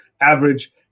average